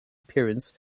appearance